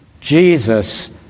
Jesus